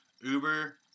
Uber